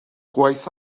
gwaith